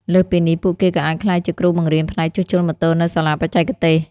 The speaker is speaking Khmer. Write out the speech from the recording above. លើសពីនេះ ពួកគេក៏អាចក្លាយជាគ្រូបង្រៀនផ្នែកជួសជុលម៉ូតូនៅសាលាបច្ចេកទេស។